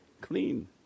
clean